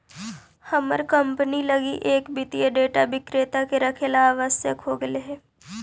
हमर कंपनी लगी एक वित्तीय डेटा विक्रेता के रखेला आवश्यक हो गेले हइ